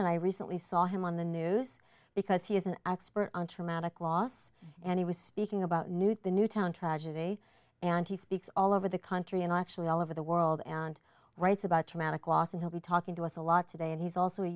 arsenal i recently saw him on the news because he is an expert on traumatic loss and he was speaking about new the newtown tragedy and he speaks all over the country and actually all over the world and writes about dramatic loss and he'll be talking to us a lot today and he's also a